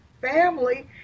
family